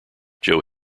joe